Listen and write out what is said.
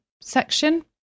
section